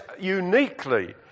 uniquely